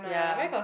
yeah